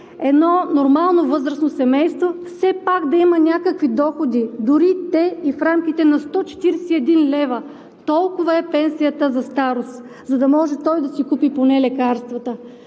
едно нормално възрастно семейство все пак да има някакви доходи, дори и в рамките на 141 лв. Толкова е пенсията за старост, за да може той да си купи поне лекарствата.